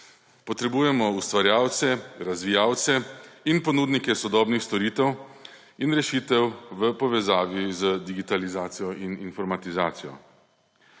Potrebujemo ustvarjalce, razvijalce in ponudnike sodobnih storitev in rešitev v povezavi z digitalizacijo in informatizacijo.